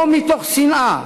לא מתוך שנאה,